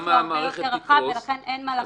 שהוא הרבה יותר רחב ולכן אין מה לחשוד בנו.